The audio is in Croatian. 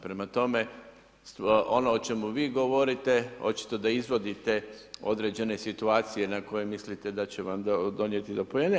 Prema tome, ono o čemu vi govorite očiti da izvodite određene situacije na koje mislite da će vam donijeti poene.